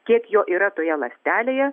kiek jo yra toje ląstelėje